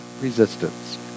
resistance